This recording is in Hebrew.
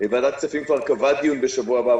וועדת הכספים כבר קבעה דיון בשבוע הבא,